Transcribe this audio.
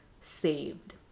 saved